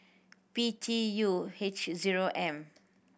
P T U H zero M